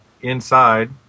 inside